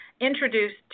introduced